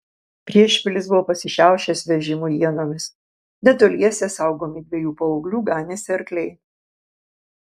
priešpilis buvo pasišiaušęs vežimų ienomis netoliese saugomi dviejų paauglių ganėsi arkliai